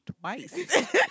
twice